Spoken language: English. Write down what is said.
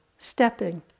stepping